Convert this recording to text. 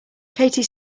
katie